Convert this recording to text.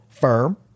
firm